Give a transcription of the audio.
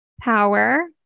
power